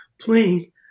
playing